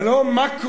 זה לא מקרו-כלכלה,